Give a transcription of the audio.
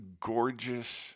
gorgeous